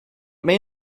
may